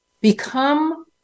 become